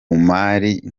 mari